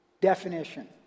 definition